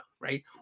Right